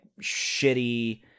shitty